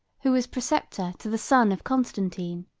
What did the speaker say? who was preceptor to the son of constantine.